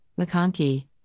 McConkey